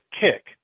kick